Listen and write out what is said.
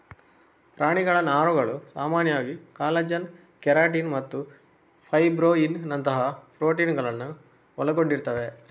ಪ್ರಾಣಿಗಳ ನಾರುಗಳು ಸಾಮಾನ್ಯವಾಗಿ ಕಾಲಜನ್, ಕೆರಾಟಿನ್ ಮತ್ತು ಫೈಬ್ರೋಯಿನ್ ನಂತಹ ಪ್ರೋಟೀನುಗಳನ್ನ ಒಳಗೊಂಡಿರ್ತವೆ